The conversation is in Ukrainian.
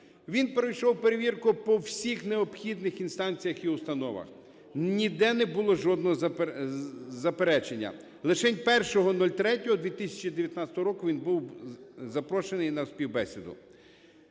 Він пройшов перевірку по всіх необхідних інстанціях і установах. Ніде не було жодного заперечення. Лишень 01.03.2019 року він був запрошений на співбесіду.